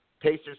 Pacers